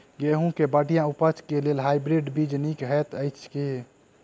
गेंहूँ केँ बढ़िया उपज केँ लेल हाइब्रिड बीज नीक हएत अछि की?